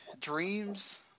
Dreams